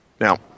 Now